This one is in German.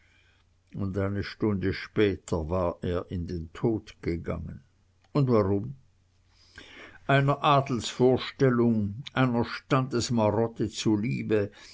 und eine stunde später war er in den tod gegangen und warum einer adelsvorstellung einer standesmarotte zuliebe